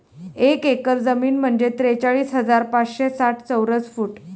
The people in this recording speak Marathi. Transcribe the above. एक एकर जमीन म्हणजे त्रेचाळीस हजार पाचशे साठ चौरस फूट